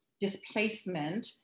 displacement